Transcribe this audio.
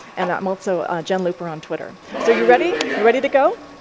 and i'm also jenlooper on twitter. so you ready? you're ready to go?